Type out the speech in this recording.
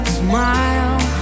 smile